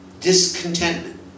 Discontentment